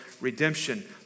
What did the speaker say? redemption